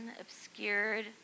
obscured